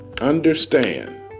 understand